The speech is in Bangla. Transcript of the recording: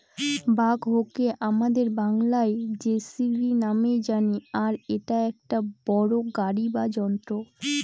ব্যাকহোকে আমাদের বাংলায় যেসিবি নামেই জানি আর এটা একটা বড়ো গাড়ি বা যন্ত্র